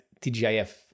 TGIF